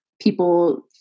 people